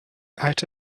out